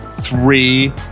three